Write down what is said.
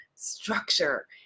structure